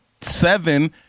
seven